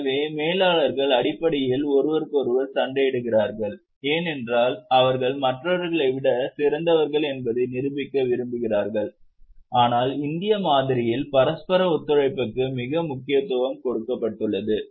எனவே மேலாளர்கள் அடிப்படையில் ஒருவருக்கொருவர் சண்டையிடுவார்கள் ஏனென்றால் அவர்கள் மற்றவர்களை விட சிறந்தவர்கள் என்பதை நிரூபிக்க விரும்புகிறார்கள் ஆனால் இந்திய மாதிரியில் பரஸ்பர ஒத்துழைப்புக்கு அதிக முக்கியத்துவம் கொடுக்கப்பட்டுள்ளது